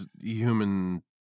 human